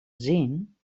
zien